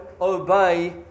obey